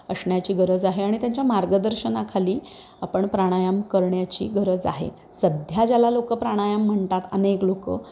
असण्याची गरज आहे आणि त्यांच्या मार्गदर्शनाखाली आपण प्राणायाम करण्याची गरज आहे सध्या ज्याला लोकं प्राणायाम म्हणतात अनेक लोकं